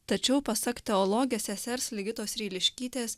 tačiau pasak teologės sesers ligitos ryliškytės